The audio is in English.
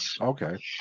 Okay